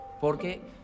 porque